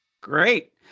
Great